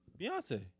Beyonce